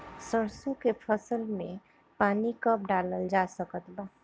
सरसों के फसल में पानी कब डालल जा सकत बा?